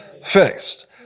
Fixed